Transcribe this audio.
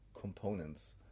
components